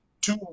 two